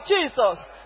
Jesus